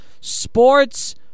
Sports